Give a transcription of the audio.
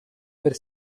per